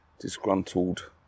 disgruntled